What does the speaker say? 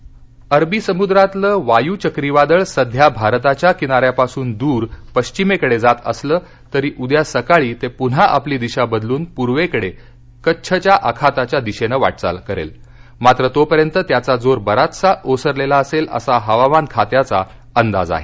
वायू अरबी समुद्रातलं वायू चक्रीवादळ सध्या भारताच्या किनाऱ्यापासून दूर पश्चिमेकडे जात असलं तरी उद्या सकाळी ते पुन्हा आपली दिशा बदलून पूर्वेकडे कच्छच्या आखाताच्या दिशेनं वाटचाल करेल मात्र तोपर्यंत त्याचा जोर बराचसा ओसरलेला असेल असा हवामान खात्याचा अंदाज आहे